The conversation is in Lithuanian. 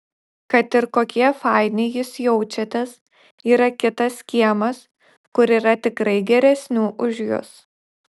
kad ir kokie faini jūs jaučiatės yra kitas kiemas kur yra tikrai geresnių už jus